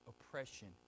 oppression